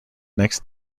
next